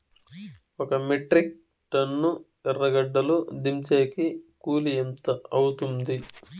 ఒక metric ton ఎర్రగడ్డలు దించేకి కూలి ఎంత అవుతుంది?